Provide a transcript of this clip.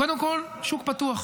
קודם כול, שוק פתוח.